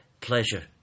pleasure